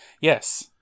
Yes